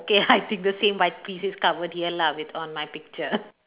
K I think the same my pieces covered here lah with all my picture